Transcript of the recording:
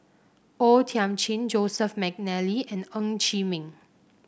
O Thiam Chin Joseph McNally and Ng Chee Meng